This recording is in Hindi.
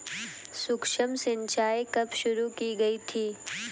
सूक्ष्म सिंचाई कब शुरू की गई थी?